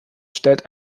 stellt